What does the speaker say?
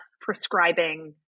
prescribing